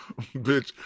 Bitch